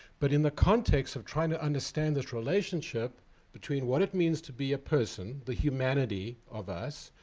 but in the context of trying to understand this relationship between what it means to be a person, the humanity of us,